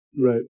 Right